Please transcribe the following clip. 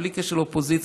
בלי קשר לאופוזיציה,